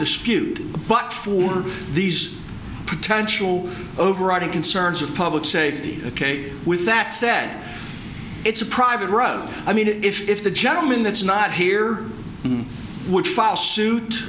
dispute but for these potential overriding concerns of public safety ok with that said it's a private road i mean if the gentleman that's not here would file suit